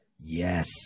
yes